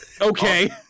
Okay